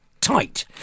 tight